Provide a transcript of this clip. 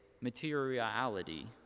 materiality